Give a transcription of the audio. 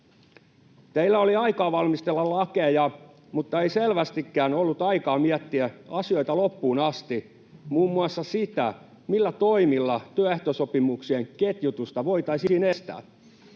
Teillä oli aikaa valmistella lakeja mutta ei selvästikään ollut aikaa miettiä asioita loppuun asti, muun muassa sitä, millä toimilla työehtosopimuksien ketjutusta voitaisiin estää.